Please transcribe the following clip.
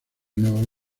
nuevo